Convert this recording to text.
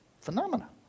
phenomena